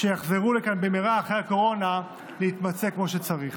שיחזרו לכאן במהרה אחרי הקורונה להתמצא כמו שצריך.